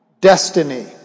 destiny